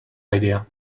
idea